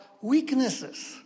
weaknesses